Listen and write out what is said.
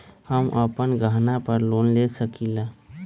हम अपन गहना पर लोन ले सकील?